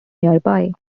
nearby